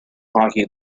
hockey